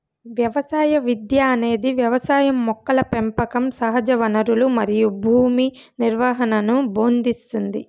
వ్యవసాయ విద్య అనేది వ్యవసాయం మొక్కల పెంపకం సహజవనరులు మరియు భూమి నిర్వహణను భోదింస్తుంది